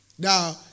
Now